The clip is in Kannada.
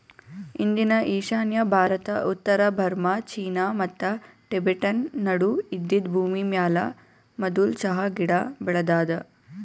ಇಂದಿನ ಈಶಾನ್ಯ ಭಾರತ, ಉತ್ತರ ಬರ್ಮಾ, ಚೀನಾ ಮತ್ತ ಟಿಬೆಟನ್ ನಡು ಇದ್ದಿದ್ ಭೂಮಿಮ್ಯಾಲ ಮದುಲ್ ಚಹಾ ಗಿಡ ಬೆಳದಾದ